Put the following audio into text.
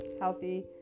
healthy